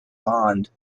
bond